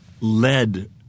led